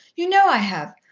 you know i have,